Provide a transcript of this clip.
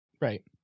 Right